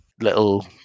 Little